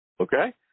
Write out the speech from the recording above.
okay